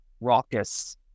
raucous